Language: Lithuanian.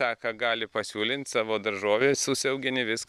tą ką gali pasiūlint savo daržoves užsiaugini viską